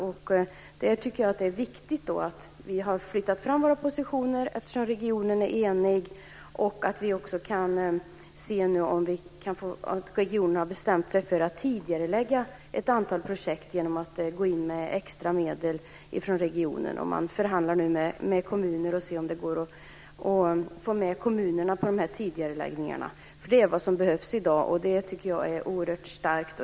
Jag tycker att det är viktigt att vi har flyttat fram våra positioner eftersom regionen är enig. Vi får se nu om regionen har bestämt sig för att tidigarelägga ett antal projekt genom att gå in med extra medel från regionen. Man förhandlar nu med kommuner för att se om det går att få med kommunerna på de här tidigareläggningarna. Det är vad som behövs i dag. Det tycker jag är oerhört starkt.